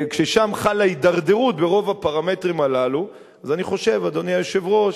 ששם חלה הידרדרות, אני חושב, אדוני היושב-ראש,